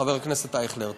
חבר הכנסת אייכלר.